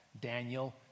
Daniel